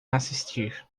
assistir